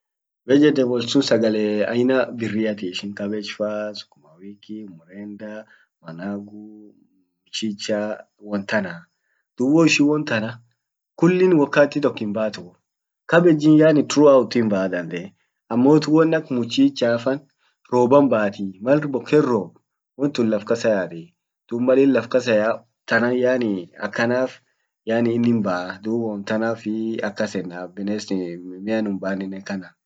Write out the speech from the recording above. vegetables sun sagale aina birriati ishin cabbage faa sukuma wiki mrenda managu mchichaa won tanaa duub woishin won tana kullin wakati tok hin baatu cabbage yani throughout hin baa dandee amo won ak mchichafa rooban baati mal boken roob wontun laf kasa yatii dum Malin laf kasa yaaw tanan yani akanaf yani innin baa dum wom tanafii akas yenna mmea nuun baninen kana.